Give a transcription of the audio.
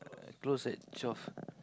uh close at twelve